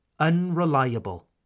unreliable